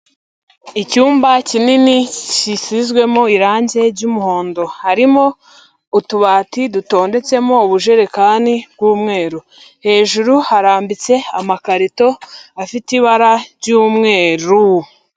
Icyumba kinini gisizwemo irangi ry'umuhondo, harimo utubati dutondetsemo ubujerekani bw'umweru, hejuru harambitse amakarito afite ibara ry'umweru.